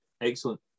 Excellent